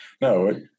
No